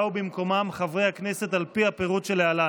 באו במקומם חברי הכנסת על פי הפירוט שלהלן.